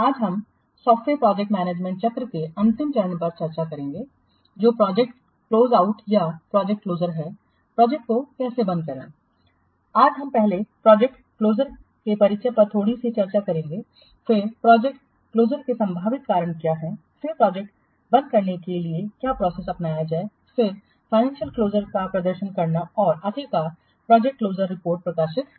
आज हम पहले प्रोजेक्ट क्लोजर के परिचय पर थोड़ी सी चर्चा करेंगे फिर प्रोजेक्ट क्लोजर के संभावित कारण क्या हैं फिर प्रोजेक्ट बंद करने के लिए क्या प्रोसेस अपनाया जाए फिर फाइनेंसियल क्लोजर का प्रदर्शन करना और आखिरकार प्रोजेक्ट क्लोजर रिपोर्ट प्रकाशित करना